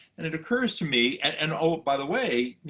and it occurs to me and oh, by the way,